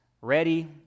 ready